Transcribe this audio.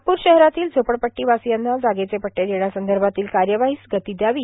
नागपूर शहरातील झोपडपट्टीवर्यासयांना जागेचे पट्टे देण्यासंदभातील कायवाहास गती दयावी